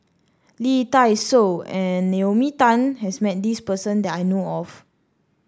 Lee Dai Soh and Naomi Tan has met this person that I know of